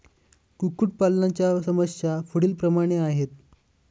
कुक्कुटपालनाच्या समस्या पुढीलप्रमाणे आहेत